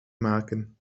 maken